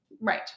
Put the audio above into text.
Right